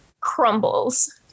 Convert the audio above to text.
crumbles